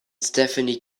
stephanie